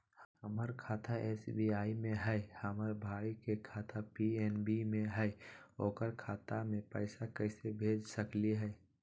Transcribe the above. हमर खाता एस.बी.आई में हई, हमर भाई के खाता पी.एन.बी में हई, ओकर खाता में पैसा कैसे भेज सकली हई?